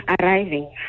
arriving